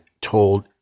told